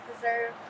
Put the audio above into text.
deserve